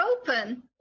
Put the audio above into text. open